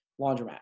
Laundromat